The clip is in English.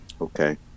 Okay